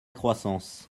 croissance